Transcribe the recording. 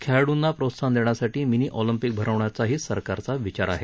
खेळाडूंना प्रोत्साहन देण्यासाठी मिनी ऑलिम्पिक भरवण्याचाही सरकारचा विचार आहे